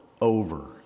over